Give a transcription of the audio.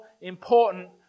important